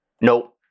Nope